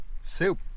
soup